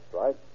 right